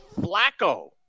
Flacco